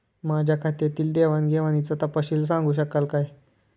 माझ्या खात्यातील देवाणघेवाणीचा तपशील सांगू शकाल काय?